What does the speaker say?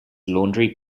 laundry